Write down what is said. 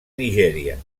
nigèria